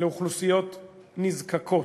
לאוכלוסיות נזקקות.